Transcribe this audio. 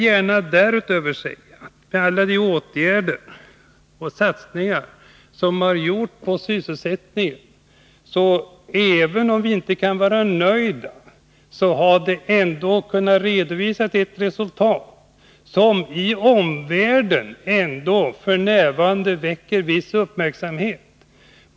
När det gäller de åtgärder och satsningar som gjorts på sysselsättningen vill jag gärna säga att även om vi inte kan vara nöjda, så har dessa åtgärder ändå gett ett resultat som i omvärlden väcker en viss uppmärksamhet.